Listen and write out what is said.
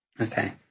Okay